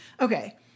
Okay